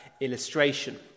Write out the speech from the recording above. illustration